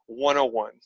101